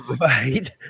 right